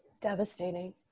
devastating